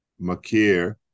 Makir